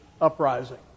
uprising